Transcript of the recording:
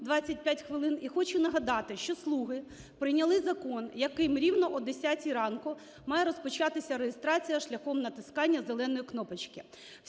хвилин. І хочу нагадати, що "слуги" прийняли закон, яким рівно о 10 ранку має розпочатися реєстрація шляхом натискання зеленої кнопочки.